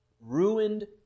Ruined